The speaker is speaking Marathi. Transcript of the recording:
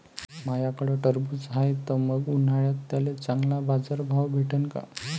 माह्याकडं टरबूज हाये त मंग उन्हाळ्यात त्याले चांगला बाजार भाव भेटन का?